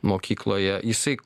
mokykloje jisai